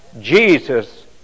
Jesus